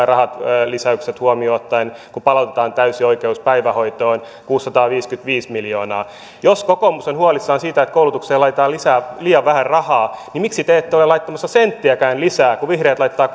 rahalisäykset huomioon ottaen kun palautetaan täysi oikeus päivähoitoon kuusisataaviisikymmentäviisi miljoonaa jos kokoomus on huolissaan siitä että koulutukseen laitetaan liian vähän rahaa niin miksi te ette ole laittamassa senttiäkään lisää kun vihreät laittaa